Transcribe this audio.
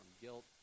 guilt